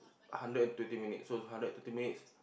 hundred and twenty minutes so it's hundred and thirty minutes